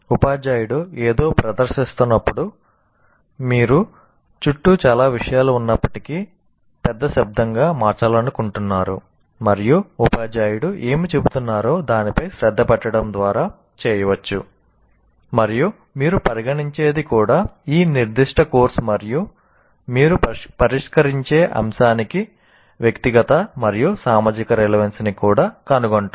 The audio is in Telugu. ఉపాధ్యాయుడు ఏదో ప్రదర్శిస్తున్నప్పుడు మీరు చుట్టూ చాలా విషయాలు ఉన్నప్పటికీ పెద్ద శబ్దంగా మార్చాలనుకుంటున్నారు మరియు ఉపాధ్యాయుడు ఏమి చెబుతున్నారో దానిపై శ్రద్ధ పెట్టడం ద్వారా చేయవచ్చు మరియు మీరు పరిగణించేది కూడా ఆ నిర్దిష్ట కోర్సు మరియు మీరు పరిష్కరించే అంశానికి వ్యక్తిగత మరియు సామాజిక రెలెవన్స్ ని కూడా కనుగొంటారు